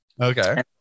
Okay